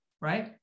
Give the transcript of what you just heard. right